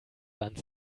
wand